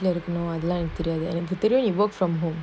you work from home